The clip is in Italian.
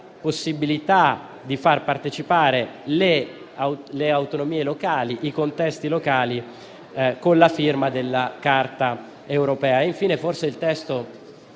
possibilità di far partecipare le autonomie locali, i contesti locali, con la firma della Carta europea.